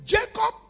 Jacob